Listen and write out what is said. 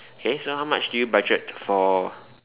okay so how much do you budget for